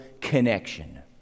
connection